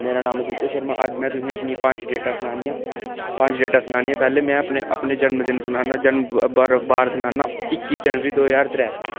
मेरा नांऽ आदित्य शर्मा अज्ज में तुसें गी अपनियां पंज डेटां सनान्नी आं पंज डेटां सनान्नी आं पैह्लें में अपने जन्मदिन सनान्नां जन्मदिन बार सनान्नां इक्की जनवरी दो ज्हार त्रैऽ